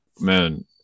man